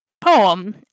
poem